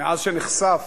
מאז נחשף